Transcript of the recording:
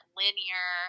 linear